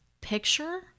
picture